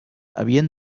havien